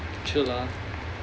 mm true lah